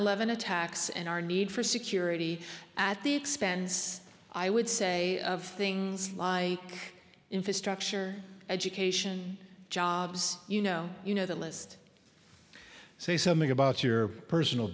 eleven attacks and our need for security at the expense i would say of things like infrastructure education jobs you know you know the list say something about your personal